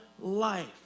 life